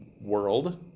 world